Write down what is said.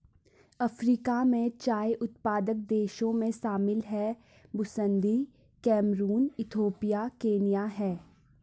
Africa में चाय उत्पादक देशों में शामिल हैं बुसन्दी कैमरून इथियोपिया केन्या है